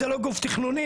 זה לא גוף תכנוני,